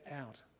out